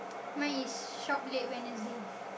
mine is shop late Wednesday